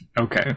Okay